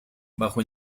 bajo